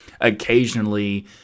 occasionally